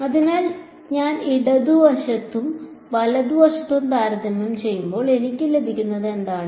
അതിനാൽ ഞാൻ ഇടതുവശത്തും വലതുവശത്തും താരതമ്യം ചെയ്യുമ്പോൾ എനിക്ക് ലഭിക്കുന്നത് എന്താണ്